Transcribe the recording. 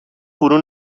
فرو